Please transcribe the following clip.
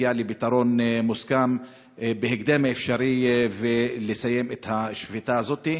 להגיע לפתרון מוסכם בהקדם האפשרי ולסיים את השביתה הזאת.